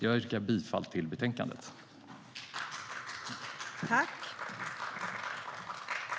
Jag yrkar bifall till utskottets förslag.